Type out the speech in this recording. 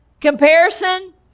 comparison